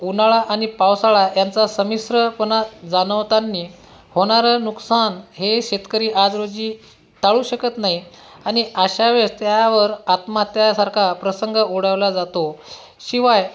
उन्हाळा आणि पावसाळा यांचा संमिश्रपणा जाणवतानी होणारं नुकसान हे शेतकरी आज रोजी टाळू शकत नाही आणि अशा वेळेस त्यावर आत्महत्यासारखा प्रसंग ओढावला जातो शिवाय